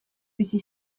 bizi